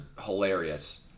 hilarious